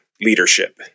leadership